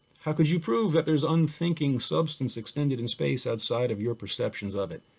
how could you prove that there's unthinking substance extended in space outside of your perceptions of it?